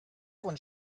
von